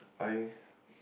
I